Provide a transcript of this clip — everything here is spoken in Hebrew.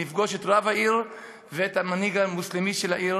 נפגוש את רב העיר ואת המנהיג המוסלמי של העיר